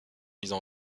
mises